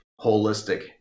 holistic